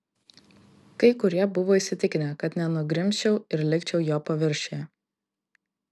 kai kurie buvo įsitikinę kad nenugrimzčiau ir likčiau jo paviršiuje